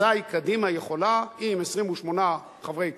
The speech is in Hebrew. אזי קדימה יכולה, עם 28 חברי כנסת,